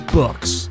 books